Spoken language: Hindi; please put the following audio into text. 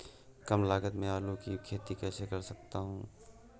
कम लागत में आलू की खेती कैसे कर सकता हूँ?